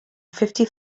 fifty